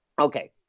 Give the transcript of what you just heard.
Okay